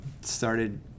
Started